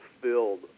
filled